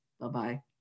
Bye-bye